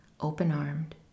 open-armed